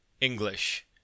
English